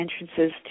entrances